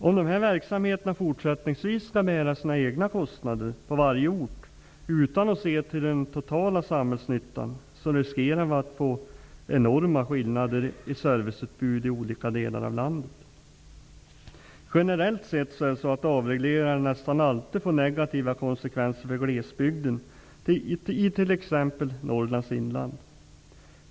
Om de här verksamheterna fortsättningsvis skall bära sina egna kostnader på varje ort, utan att man ser till den totala samhällsnyttan, riskerar vi att få enorma skillnader i serviceutbud i olika delar av landet. Generellt sett får avregleringar nästan alltid negativa konsekvenser i glesbygden, t.ex. i Norrlands inland.